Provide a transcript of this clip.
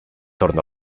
torno